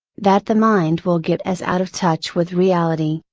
that the mind will get as out of touch with reality,